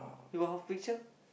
you got her picture